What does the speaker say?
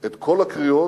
את כל הקריאות